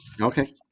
Okay